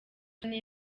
kane